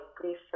grief